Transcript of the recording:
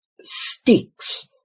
sticks